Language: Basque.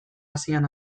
asian